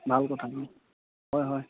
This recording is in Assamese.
ভাল কথা হয় হয়